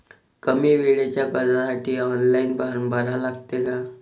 कमी वेळेच्या कर्जासाठी ऑनलाईन फारम भरा लागते का?